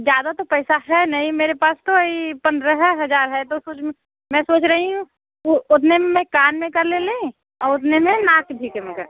ज़्यादा तो पैसा है नहीं मेरे पास तो वही पन्द्रह हजार है तो फिर मैं सोच रही हूँ वो उतने में कान में का ले लें और उतने में नाक भी का